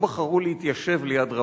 לא בחרו להתיישב ליד רמת-חובב,